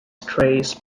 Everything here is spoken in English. trace